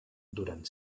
durant